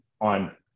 on